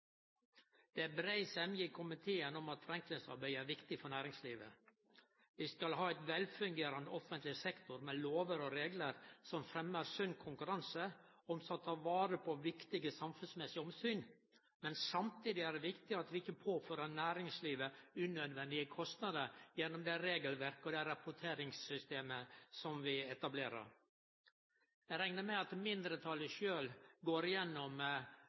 Det er brei semje i komiteen om at forenklingsarbeidet er viktig for næringslivet. Vi skal ha ein velfungerande offentleg sektor, med lover og reglar som fremmar sunn konkurranse, og som tek vare på viktige samfunnsmessige omsyn. Samtidig er det viktig at vi ikkje påfører næringslivet unødvendige kostnader gjennom det regelverket og det rapporteringssystemet vi etablerer. Eg reknar med at mindretalet sjølv går igjennom